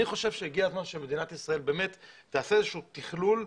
אני חושב שהגיע הזמן מדינת ישראל באמת תעשה איזשהו תכלול.